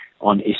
on